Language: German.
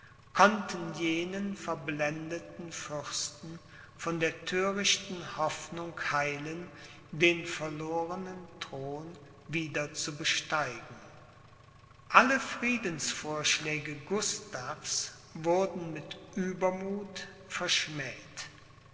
konnten jenen verblendeten fürsten von der thörichten hoffnung heilen den verloren thron wieder zu besteigen alle friedensvorschläge gustavs wurden mit uebermuth verschmäht